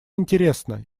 интересно